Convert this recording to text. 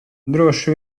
droši